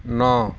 ନଅ